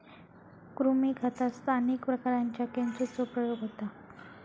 कृमी खतात स्थानिक प्रकारांच्या केंचुचो प्रयोग होता